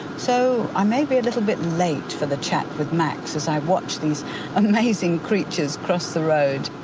so i may be a little bit late for the chat with max as i watch these amazing creatures cross the road.